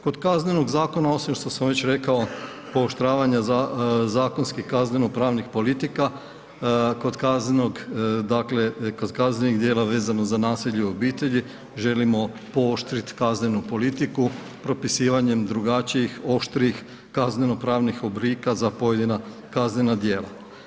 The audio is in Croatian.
Kod Kaznenog zakona osim što sam već rekao pooštravanja zakonski kazneno pravnih politika, kod kaznenog dakle kod kaznenih djela vezano za nasilje u obitelji, želimo pooštrit kaznenu politiku propisivanjem drugačijih, oštrijih kazneno-pravnih oblika za pojedina kaznena djela.